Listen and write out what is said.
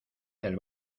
del